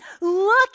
Look